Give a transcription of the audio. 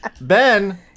Ben